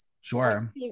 Sure